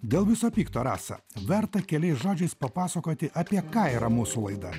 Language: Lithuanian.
dėl viso pikto rasa verta keliais žodžiais papasakoti apie ką yra mūsų laidą